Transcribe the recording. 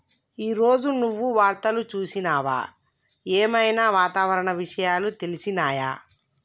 ఈ రోజు నువ్వు వార్తలు చూసినవా? ఏం ఐనా వాతావరణ విషయాలు తెలిసినయా?